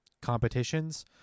competitions